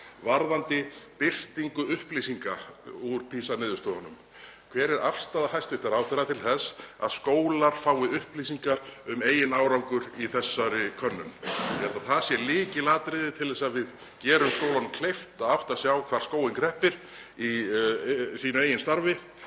varðandi birtingu upplýsinga úr PISA-niðurstöðunum: Hver er afstaða hæstv. ráðherra til þess að skólar fái upplýsingar um eigin árangur í þessari könnun? Ég held að það sé lykilatriði til að við gerum skólunum kleift að átta sig á hvar skóinn kreppir í sínu eigin starfi.